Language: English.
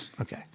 Okay